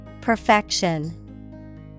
Perfection